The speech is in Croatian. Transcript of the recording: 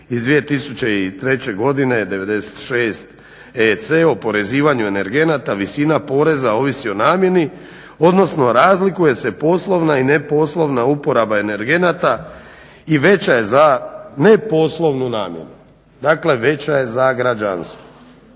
iz 2003.godine 96EC o oporezivanju energenata visina poreza ovisi o namjeni odnosno razlikuje se poslovna i neposlovna uporaba energenata i veća je za neposlovnu namjenu, dakle veća je za građanstvo.